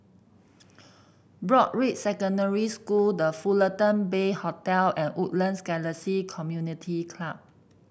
Broadrick Secondary School The Fullerton Bay Hotel and Woodlands Galaxy Community Club